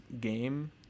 game